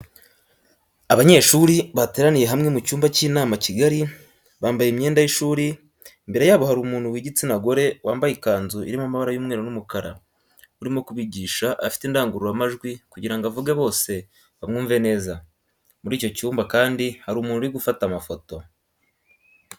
Abanyeshuri bateraniye hamwe mu cyumba cy'inama kigari bambaye imyenda y'ishuri imbere yabo hari umuntu w'igitsina gore wambaye ikanzu irimo amabara y'umweu n'umukara urimo kubigisha afite indangururamajwi kugirango avuge bose bamwumve neza. muri icyo cyumba kandi hari umuntu uri gufata amafoto.